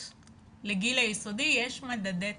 לגיל היסודי, יש מדדי טיפוח.